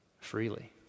freely